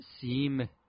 seem